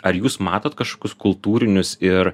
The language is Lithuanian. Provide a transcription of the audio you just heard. ar jūs matot kažkokius kultūrinius ir